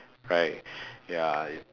right ya